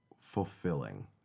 fulfilling